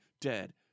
dead